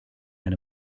and